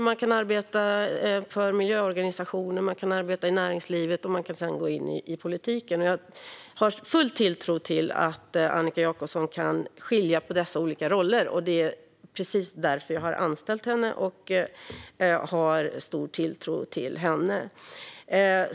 Man kan arbeta för miljöorganisationer och i näringslivet och sedan gå in i politiken. Jag är övertygad om att Annika Jacobson kan skilja på dessa olika roller, och det är precis därför jag har anställt henne och känner stor tilltro till henne.